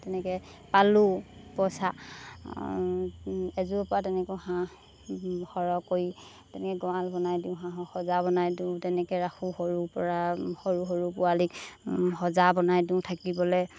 তেনেকৈ পালোঁ পইচা এযোৰ পৰা তেনেকৈ হাঁহ সৰহ কৰি তেনেকৈ গঁৰাল বনাই দিওঁ হাঁহক সঁজা বনাই দিওঁ তেনেকৈ ৰাখোঁ সৰুৰ পৰা সৰু সৰু পোৱালীক সঁজা বনাই দিওঁ থাকিবলৈ